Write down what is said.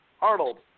Arnold